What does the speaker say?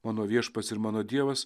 mano viešpats ir mano dievas